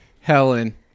Helen